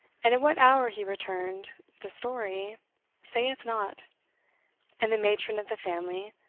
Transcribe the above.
and at what hour he returned the story saith not and the matron of the family,